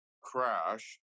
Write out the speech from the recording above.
crash